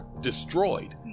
destroyed